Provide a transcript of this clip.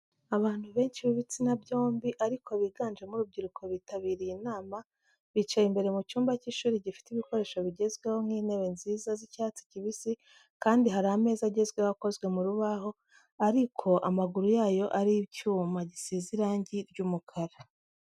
Abantu benshi b'ibitsina byombi ariko biganjemo urubyiruko bitabiriye inama, bicaye imbere mu cyumba cy’ishuri gifite ibikoresho bigezweho nk'intebe nziza z'icyatsi kibisi kandi hari ameza agezweho akoze mu rubaho ariko amaguru yayo ari icyuma gisize irangi ry'umukara.